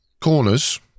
corners